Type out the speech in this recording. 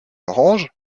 orange